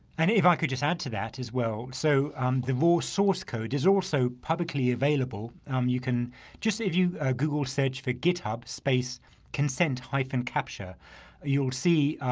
and if i could just add to that as well so um the raw source code is also publicly available you can just if you google search for github space consent hyphen capture you'll see